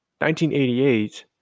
1988